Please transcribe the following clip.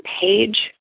page